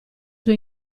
suo